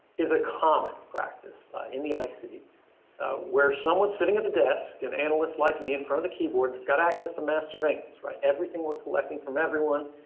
is a common practice in the and ic where someone sitting at the desk and analysts like me in front of the keyboard that's got access to mass remains, right everything we're collecting from everyone.